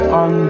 on